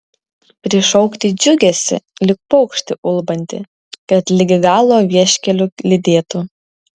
prišaukti džiugesį lyg paukštį ulbantį kad ligi galo vieškeliu lydėtų